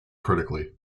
critically